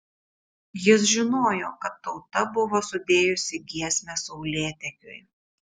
jis žinojo kad tauta buvo sudėjusi giesmę saulėtekiui